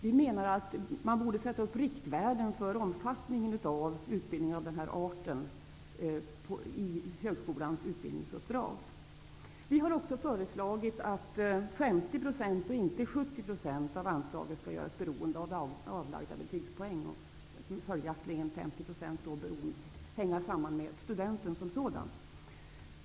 Vi menar att riktvärden för omfattningen av utbildning av den här arten borde anges i högskolans utbildningsuppdrag. Vi har också föreslagit att 50 %, i stället för 70 %, av anslagen skall vara beroende av avlagda betygspoäng. Följaktligen skall 50 % hänga samman med studenten som sådan.